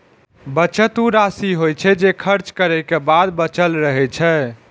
बचत ऊ राशि होइ छै, जे खर्च करै के बाद बचल रहै छै